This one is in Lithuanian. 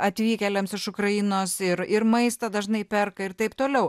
atvykėliams iš ukrainos ir ir maistą dažnai perka ir taip toliau